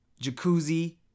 jacuzzi